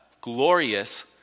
glorious